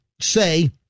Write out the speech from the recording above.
say